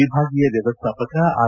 ವಿಭಾಗೀಯ ವ್ಯವಸ್ಟಾಪಕ ಆರ್